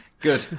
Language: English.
Good